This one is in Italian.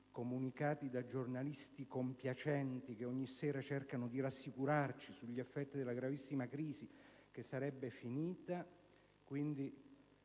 TG lette da giornalisti compiacenti che ogni sera cercano di rassicurarci sugli effetti della gravissima crisi, che sarebbe finita,